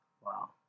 Wow